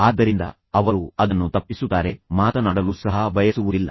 ಆದ್ದರಿಂದ ಅವರು ಅದನ್ನು ತಪ್ಪಿಸುತ್ತಾರೆ ಅವರು ಅದರ ಬಗ್ಗೆ ಮಾತನಾಡಲು ಸಹ ಬಯಸುವುದಿಲ್ಲ